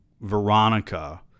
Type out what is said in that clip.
Veronica